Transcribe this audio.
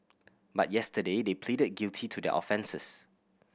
but yesterday they pleaded guilty to their offences